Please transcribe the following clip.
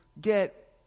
get